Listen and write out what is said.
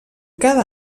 cada